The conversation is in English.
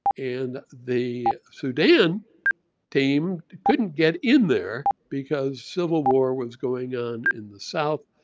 and the sudan team couldn't get in there because civil war was going on in the south,